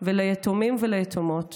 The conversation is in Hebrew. וליתומים וליתומות